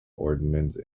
ordinance